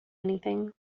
anything